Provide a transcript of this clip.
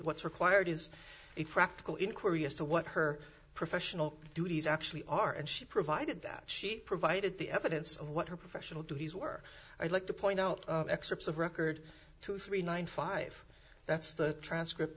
what's required is a practical inquiry as to what her professional duties actually are and she provided that she provided the evidence of what her professional duties were i'd like to point out excerpts of record two three ninety five that's the transcript